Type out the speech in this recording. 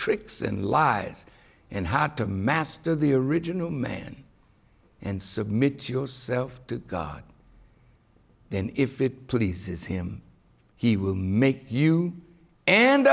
tricks and lies and hard to master the original man and submit yourself to god then if it pleases him he will make you and